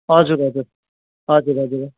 हजुर हजुर हजुर हजुर